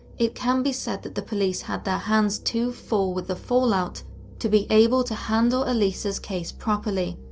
it can be said that the police had their hands too full with the fallout to be able to handle elisa's case properly.